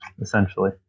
essentially